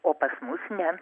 o pas mus ne